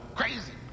crazy